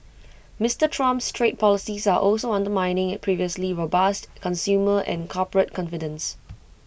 Mr Trump's trade policies are also undermining previously robust consumer and corporate confidence